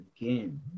again